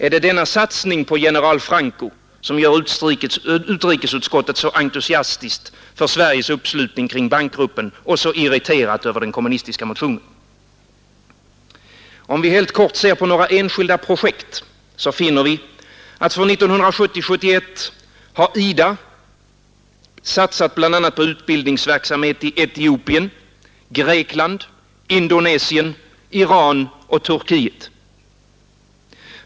Är det denna satsning på general Franco som gör utrikesutskottet så entusiastiskt för Sveriges uppslutning kring bankgruppen och så irriterat över den kommunistiska protesten? Om vi helt kort ser på några enskilda projekt, så finner vi att för 1970-1971 har IDA och banken satsat bl.a. på utbildningsverksamhet i Etiopien, Grekland, Indonesien, Iran och Turkiet.